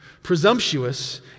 Presumptuous